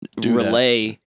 relay